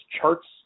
charts